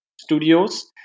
Studios